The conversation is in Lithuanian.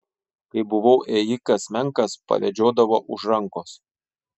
kai buvau ėjikas menkas pavedžiodavo už rankos